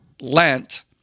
Lent